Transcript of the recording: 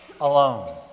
alone